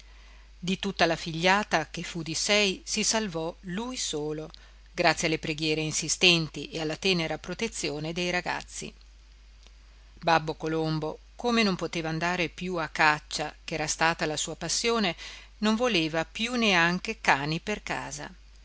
di tutta la figliata che fu di sei si salvò lui solo grazie alle preghiere insistenti e alla tenera protezione dei ragazzi babbo colombo come non poteva andare a caccia ch'era stata la sua passione non voleva più neanche cani per casa